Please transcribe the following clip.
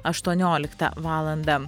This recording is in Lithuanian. aštuonioliktą valandą